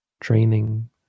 training